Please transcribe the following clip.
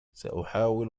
سأحاول